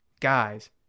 guys